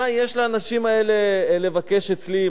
מה יש לאנשים האלה לבקש אצלי,